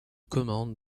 commandes